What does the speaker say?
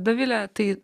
dovile tai